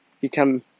become